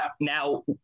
now